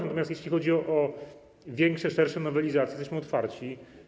Natomiast jeśli chodzi o większe, szersze nowelizacje, jesteśmy otwarci.